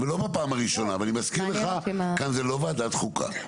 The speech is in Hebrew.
אני מזכיר לך, כאן זה לא וועדת חוקה.